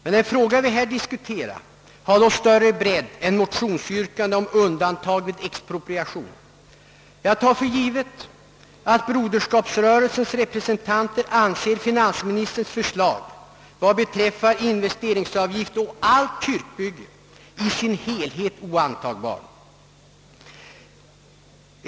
Men den fråga vi här diskuterar har då större bredd än motionsyrkandet om undantag vid expropriation. Jag tar för givet att broderskapsrörelsens representanter anser finansministerns förslag beträffande investeringsavgift å allt kyrkbygge i dess helhet oantagbart.